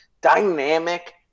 dynamic